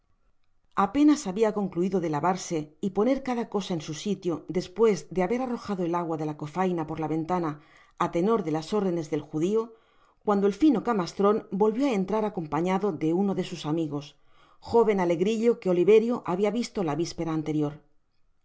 apenas habia concluido de lavarse y poner cada cosa en su sitio despues de haber arrojado el agua de la cofaina por la ventana á tenor de las órdenes del judio cuando el fino camastron volvió á entrar acompañado de uno de sus amigos joven alegrillo que oliverio habia visto la vispera anterior